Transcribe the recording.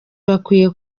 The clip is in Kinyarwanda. bakwiriye